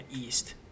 east